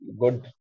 good